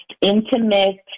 intimate